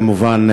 כמובן,